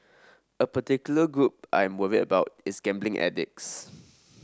a particular group I am worried about is gambling addicts